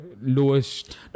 lowest